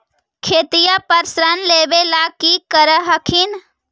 खेतिया पर ऋण लेबे ला की कर हखिन?